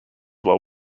while